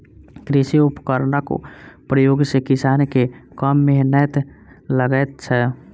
कृषि उपकरणक प्रयोग सॅ किसान के कम मेहनैत लगैत छै